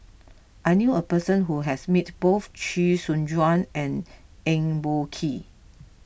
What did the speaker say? I knew a person who has met both Chee Soon Juan and Eng Boh Kee